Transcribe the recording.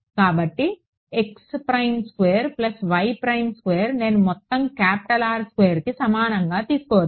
కాబట్టి నేను మొత్తం క్యాపిటల్ R స్క్వేర్కి సమానంగా తీసుకోవచ్చు